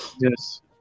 Yes